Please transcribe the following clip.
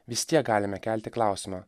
vis tiek galime kelti klausimą